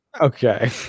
Okay